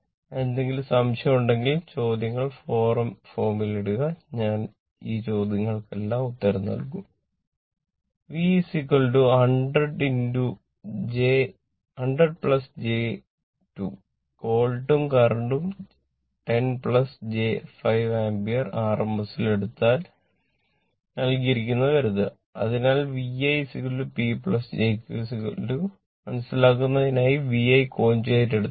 അതിനാൽ എന്തെങ്കിലും സംശയം ഉണ്ടെങ്കിൽ ചോദ്യങ്ങൾ ഫോമിൽ ഇടുക ഞങ്ങൾ ഈ ചോദ്യങ്ങൾക്കെല്ലാം ഉത്തരം നൽകും V എടുത്തിട്ടുണ്ട്